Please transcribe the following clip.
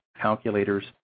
calculators